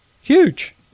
huge